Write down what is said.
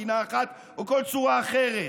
מדינה אחת או כל צורה אחרת,